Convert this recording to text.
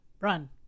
run